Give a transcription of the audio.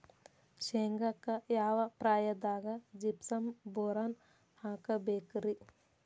ಶೇಂಗಾಕ್ಕ ಯಾವ ಪ್ರಾಯದಾಗ ಜಿಪ್ಸಂ ಬೋರಾನ್ ಹಾಕಬೇಕ ರಿ?